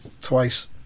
twice